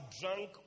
drunk